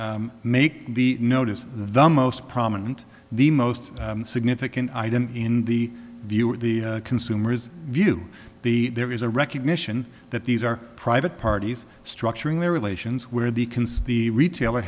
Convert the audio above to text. make the notice the most prominent the most significant item in the view or the consumer's view the there is a recognition that these are private parties structuring their relations where the